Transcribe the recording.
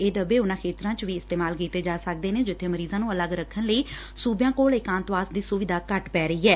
ਇਹ ਡੱਬੇ ਉਨਾਂ ਖੇਤਰਾਂ ਚ ਵੀ ਇਸਤੇਮਾਲ ਕੀਤੇ ਜਾ ਸਕਦੇ ਨੇ ਜਿੱਬੇ ਮਰੀਜ਼ਾਂ ਨੂੰ ਅਲੱਗ ਰੱਖਣ ਲਈ ਸੁਬਿਆ ਕੋਲ ਏਕਾਤਵਾਸ ਦੀ ਸੁਵਿਧਾ ਘਟ ਪੈ ਰਹੀ ਐ